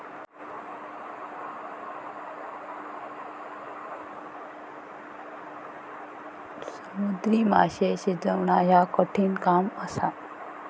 समुद्री माशे शिजवणा ह्या कठिण काम असा